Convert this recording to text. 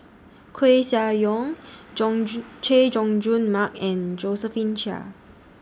Koeh Sia Yong Jung Jun Chay Jung Jun Mark and Josephine Chia